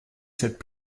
cette